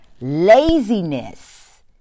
Laziness